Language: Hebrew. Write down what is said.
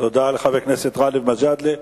תודה לחבר הכנסת גאלב מג'אדלה.